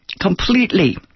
completely